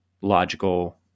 logical